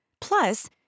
Plus